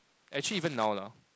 actually even now lah